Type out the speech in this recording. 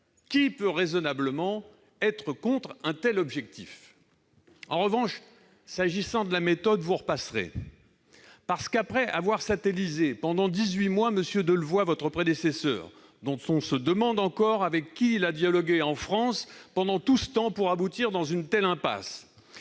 Qui peut raisonnablement être contre un tel objectif ? En revanche, s'agissant de la méthode, vous repasserez ! Après avoir satellisé pendant dix mois M. Delevoye, votre prédécesseur, dont on se demande encore avec qui il a dialogué en France pendant tout ce temps pour aboutir à une telle impasse,